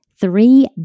three